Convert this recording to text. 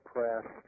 Press